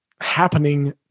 happening